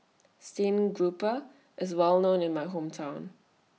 Steamed Grouper IS Well known in My Hometown